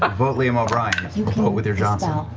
um vote liam o'brien. you know vote with your johnson. um